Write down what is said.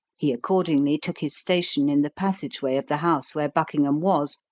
he accordingly took his station in the passage-way of the house where buckingham was,